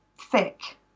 thick